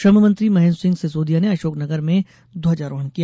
श्रम मंत्री महेन्द्र सिंह सिसोदिया ने अशोक नगर में ध्वजारोहण किया